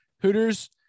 Hooters